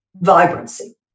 vibrancy